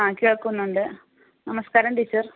ആ കേൾക്കുന്നുണ്ട് നമസ്കാരം ടീച്ചർ